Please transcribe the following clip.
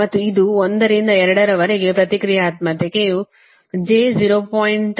ಮತ್ತು ಇದು 1 ರಿಂದ 2 ರವರೆಗೆ ಪ್ರತಿಕ್ರಿಯಾತ್ಮಕತೆಯು j 0